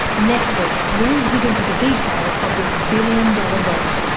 next week we'll dig into the details of this billion-dollar vote.